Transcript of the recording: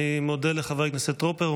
אני מודה לחבר הכנסת טרופר.